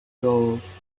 goals